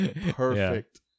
perfect